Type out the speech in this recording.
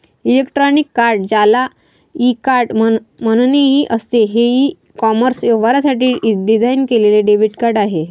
electronic card, ज्याला e card म्हणूनही असते, हे ई कॉमर्स व्यवहारांसाठी डिझाइन केलेले डेबिट कार्ड आहे